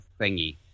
thingy